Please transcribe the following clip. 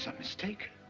so mistake.